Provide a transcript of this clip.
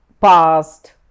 Past